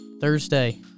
Thursday